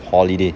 holiday